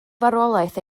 farwolaeth